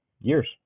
years